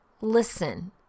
Listen